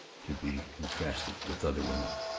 to be contrasted with other women,